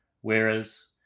Whereas